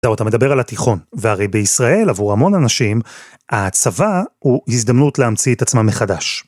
אתה מדבר על התיכון, והרי בישראל, עבור המון אנשים, הצבא הוא הזדמנות להמציא את עצמם מחדש.